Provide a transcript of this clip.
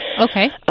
Okay